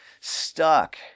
stuck